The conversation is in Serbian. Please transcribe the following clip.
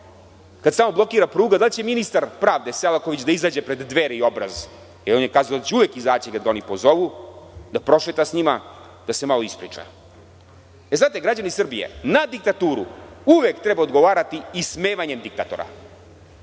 se tamo blokira pruga, da li će ministar pravde Selaković da izađe pred „Dveri“ i „Obraz“? On je kazao da će uvek izaći kada ga oni pozovu, da prošeta sa njima, da se malo ispriča. Znate, građani Srbije, na diktaturu uvek treba odgovarati ismevanjem diktatora. Sada